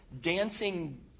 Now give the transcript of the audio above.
dancing